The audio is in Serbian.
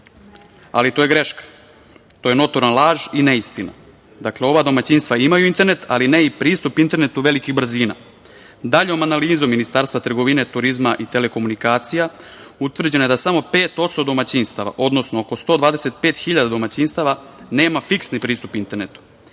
ali to je greška. To je notorna laž i neistina. Dakle, ova domaćinstva imaju internet, ali ne i pristup internetu velikih brzina. Daljom analizom Ministarstva trgovine, turizma i telekomunikacija utvrđeno je da samo 5% domaćinstava, odnosno oko 125 hiljada domaćinstava nema fiksni pristup internetu.